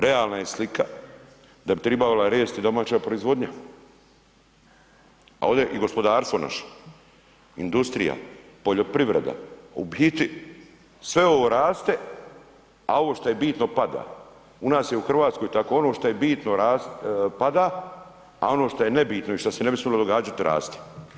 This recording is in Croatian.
Realna je slika da bi tribala resti domaća proizvodnja, a ode i gospodarstvo naše, industrija, poljoprivreda, u biti sve ovo raste, a ovo što je bitno pada, u nas je u RH tako, ono što je bitno pada, a ono što je nebitno i šta se ne bi smilo događat raste.